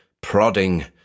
prodding